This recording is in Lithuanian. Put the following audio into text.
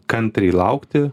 kantriai laukti